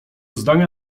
zdania